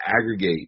aggregate